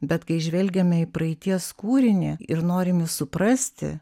bet kai žvelgiame į praeities kūrinį ir norim jį suprasti